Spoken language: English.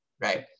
right